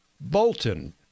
Bolton